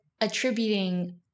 attributing